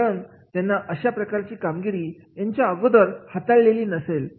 कारण त्यांनी अशा प्रकारची कामगिरी याच्या अगोदर हाताळलेली नसेल